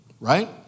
right